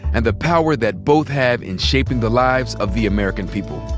and the power that both have in shaping the lives of the american people.